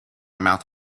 mouth